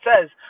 says